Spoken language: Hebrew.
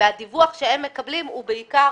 והדיווח שהם מקבלים הוא בעיקר